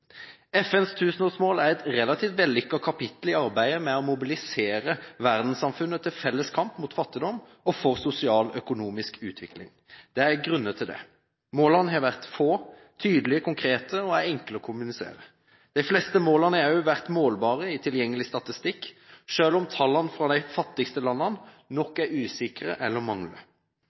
FNs tusenårsmål er et relativt vellykket kapittel i arbeidet med å mobilisere verdenssamfunnet til felles kamp mot fattigdom og for sosial og økonomisk utvikling. Det er grunner til det. Målene har vært få, tydelige, konkrete og enkle å kommunisere. De fleste målene har også vært målbare i tilgjengelig statistikk, selv om tallene fra de fattigste landene nok er usikre eller mangler.